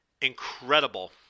incredible